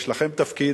יש לכם תפקיד,